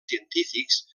científics